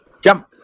jump